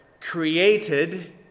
created